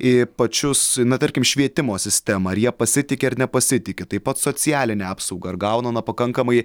ee pačius na tarkim švietimo sistemą ar ja pasitiki ar nepasitiki taip pat socialine apsaugą ar gauna na pakankamai